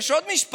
יש עוד משפט: